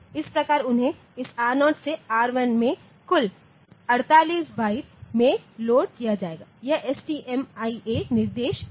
इस प्रकार उन्हें इस R0 से R11 में कुल 48 बाइट्स में लोड किया जाएगा यह STMIA निर्देश है